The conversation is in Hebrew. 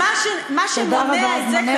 תודה רבה.